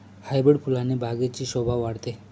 hybrid फुलाने बागेची शोभा वाढते